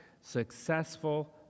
successful